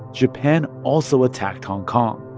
japan also attacked hong kong.